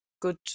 good